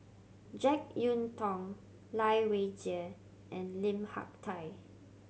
Jek Yeun Thong Lai Weijie and Lim Hak Tai